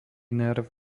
nerv